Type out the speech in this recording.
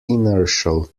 inertial